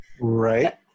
Right